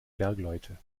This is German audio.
bergleute